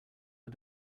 are